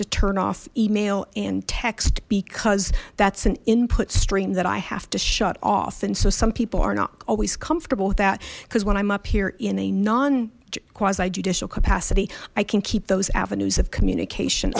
to turn off email and text because that's an input stream that i have to shut off and so some people are not always comfortable with that because when i'm up here in a non quasi judicial capacity i can keep those avenues of communication